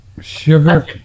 Sugar